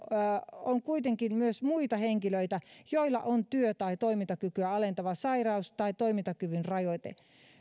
on kuitenkin myös muita henkilöitä joilla on työ tai toimintakykyä alentava sairaus tai toimintakyvyn rajoite